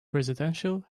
residential